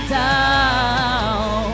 down